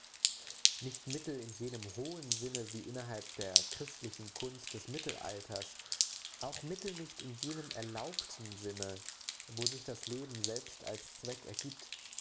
nicht mittel in jenem hohen sinne wie innerhalb der christlichen kunst des mittelalters auch mittel nicht in jenem erlaubten sinne wo sich das leben selbst als zweck ergibt